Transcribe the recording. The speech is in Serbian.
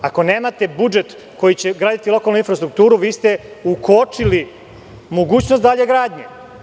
Ako nemate budžet koji će graditi lokalnu infrastrukturu, vi ste ukočili mogućnost dalje gradnje.